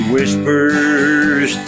whispers